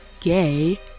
gay